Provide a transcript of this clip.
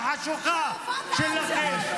החשוכה שלכם?